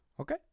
Okay